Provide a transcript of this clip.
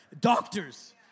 doctors